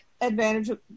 advantage